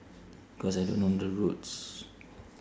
cause I don't know the roads